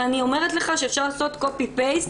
ואני אומרת לך שאפשר לעשות קופי פייסט